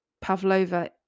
pavlova